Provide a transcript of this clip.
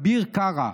אביר קארה.